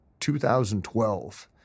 2012